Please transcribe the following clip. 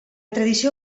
tradició